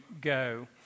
go